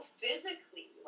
physically